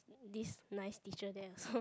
this nice teacher there also